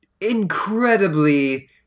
incredibly